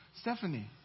Stephanie